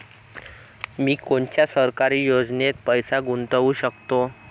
मी कोनच्या सरकारी योजनेत पैसा गुतवू शकतो?